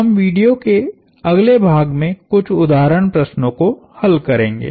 हम वीडियो के अगले भाग में कुछ उदाहरण प्रश्नो को हल करेंगे